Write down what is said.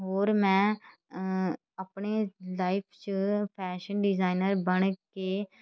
ਹੋਰ ਮੈਂ ਆਪਣੇ ਲਾਈਫ 'ਚ ਫੈਸ਼ਨ ਡਿਜ਼ਾਈਨਰ ਬਣ ਕੇ